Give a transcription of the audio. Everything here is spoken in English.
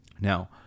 now